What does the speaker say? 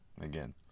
Again